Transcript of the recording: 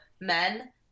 men